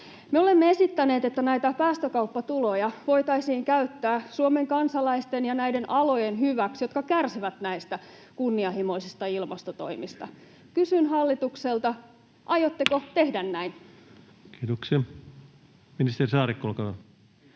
olemme esittäneet, että näitä päästökauppatuloja voitaisiin käyttää Suomen kansalaisten ja näiden alojen hyväksi, jotka kärsivät näistä kunnianhimoisista ilmastotoimista. Kysyn hallitukselta: aiotteko tehdä näin? Kiitoksia. — Ministeri Saarikko, olkaa hyvä.